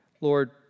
Lord